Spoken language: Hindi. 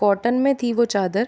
कॉटन में थी वो चादर